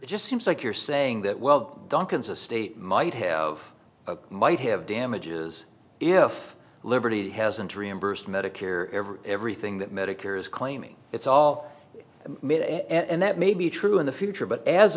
it just seems like you're saying that well duncan's a state might have a might have damages if liberty hasn't reimbursed medicare every everything that medicare is claiming it's all made and that may be true in the future but as